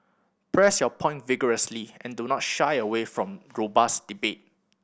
press your points vigorously and do not shy away from robust debate